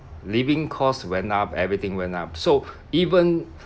living cost went up everything went up so even